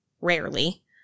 rarely